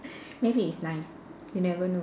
maybe it's nice you never know